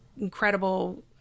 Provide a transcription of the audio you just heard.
incredible